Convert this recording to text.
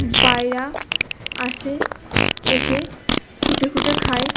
পায়রা আসে এসে খুঁটে খুঁটে খায়